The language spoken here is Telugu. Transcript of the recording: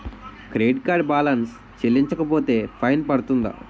క్రెడిట్ కార్డ్ బాలన్స్ చెల్లించకపోతే ఫైన్ పడ్తుంద?